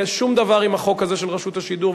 שום דבר עם החוק הזה של רשות השידור,